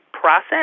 process